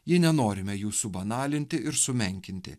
jei nenorime jų subanalinti ir sumenkinti